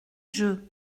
jeu